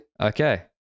okay